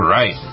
right